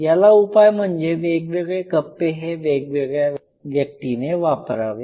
याला उपाय म्हणजे वेगवेगळे कप्पे हे वेगवेगळ्या व्यक्तीने वापरावे